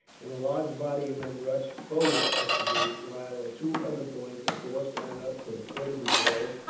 and a large body of men rushed forward at the gate, while at two other points a force ran up to the foot of the walls,